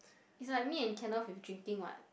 is like me and Kenneth with Jing-Ying [what]